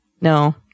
No